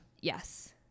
Yes